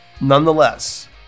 Nonetheless